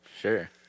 Sure